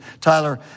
Tyler